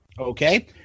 Okay